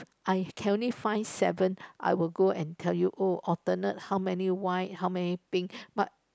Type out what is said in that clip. I can only find seven I will go and tell you oh alternate how many white how many pink but